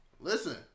Listen